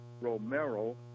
Romero